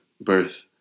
birth